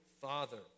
father